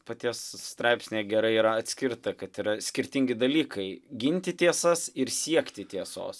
paties straipsnyje gerai yra atskirta kad yra skirtingi dalykai ginti tiesas ir siekti tiesos